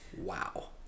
Wow